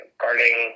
guarding